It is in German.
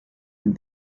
denn